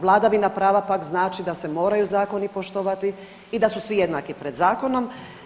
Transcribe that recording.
Vladavina prava pak znači da se moraju zakoni poštovati i da su svi jednaki pred zakonom.